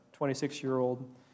26-year-old